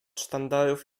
sztandarów